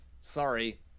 Sorry